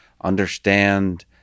understand